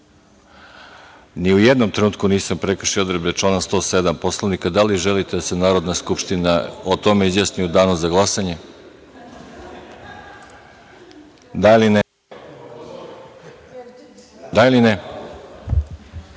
Ni u jednom trenutku nisam prekršio odredbe člana 107. Poslovnika. Da li želite da se Narodna skupština o tome izjasni u danu za glasanje? Da ili ne?